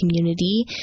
community